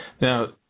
Now